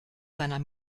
seiner